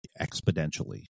exponentially